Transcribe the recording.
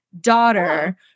daughter